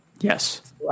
Yes